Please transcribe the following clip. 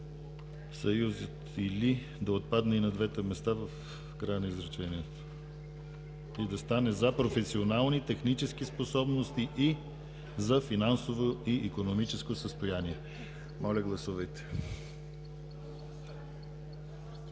съюзът „или“ да отпадне и на двете места в края на изречението, да стане „за професионални и технически способности и за финансово и икономическо състояние“. Гласували